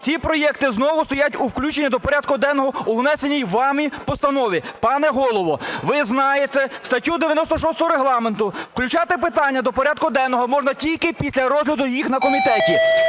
ці проекти знову стоять у включенні до порядку денного у внесеній вами постанові. Пане Голово, ви знаєте статтю 96 Регламенту, включати питання до порядку денного можна тільки після розгляду їх на комітеті.